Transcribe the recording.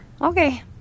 Okay